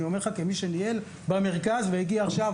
אני אומר לך כמי שניהל במרכז והגיע עכשיו,